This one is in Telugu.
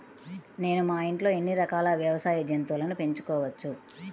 నేను మా ఇంట్లో ఎన్ని రకాల వ్యవసాయ జంతువులను పెంచుకోవచ్చు?